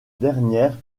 dernière